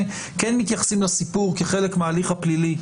כן מתייחסים לסיפור כחלק מההליך הפלילי,